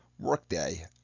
workday